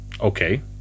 Okay